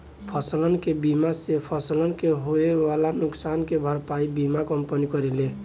फसलसन के बीमा से फसलन के होए वाला नुकसान के भरपाई बीमा कंपनी करेले